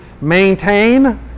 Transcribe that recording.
maintain